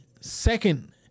second